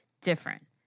different